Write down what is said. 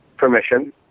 Permission